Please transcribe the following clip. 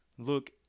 look